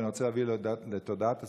ואני רוצה להביא זאת לתודעת הציבור,